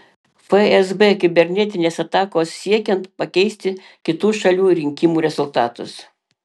fsb kibernetinės atakos siekiant pakeisti kitų šalių rinkimų rezultatus